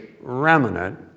remnant